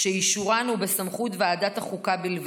שאישורן הוא בסמכות ועדת החוקה בלבד.